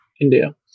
India